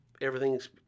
everything's